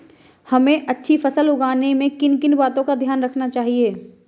हमें अच्छी फसल उगाने में किन किन बातों का ध्यान रखना चाहिए?